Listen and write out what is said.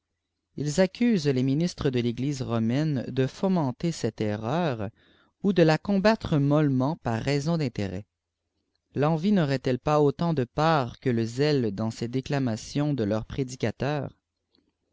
ils accusent les ministresde feglise romaine de fomenter cette erreur ou de la combattre mollement par raison d'intérêt l'envie n'aurait-elle pas autant de part que le zèle dans ces déclamations de leurs prédicateurs